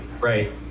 Right